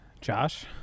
Josh